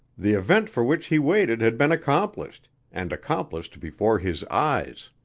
the event for which he waited had been accomplished and accomplished before his eyes.